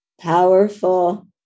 powerful